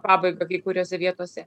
pabaiga kai kuriose vietose